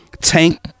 Tank